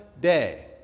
day